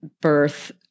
birth